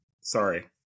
Sorry